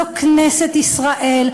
זו כנסת ישראל,